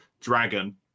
dragon